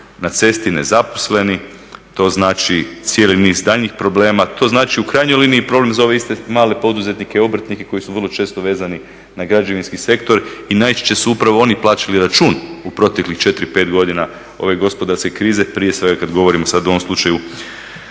na cesti nezaposlenih, to znači cijeli niz daljnjih problema, to znači u krajnjoj liniji problem za ove iste male poduzetnike, obrtnike koji su vrlo često vezani na građevinski sektor i najčešće su upravo oni plaćali račun u proteklih 4, 5 godina ove gospodarske krize prije svega kada govorimo sada u ovom slučaju